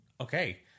Okay